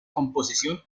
composición